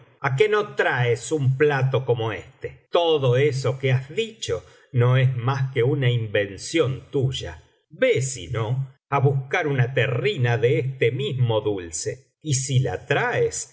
a que no traes un plato corno éste tocio eso que has dicho no es mas que una invención tuya ve si no á buscar una terrina de ese mismo dulce y si la traes